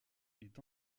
est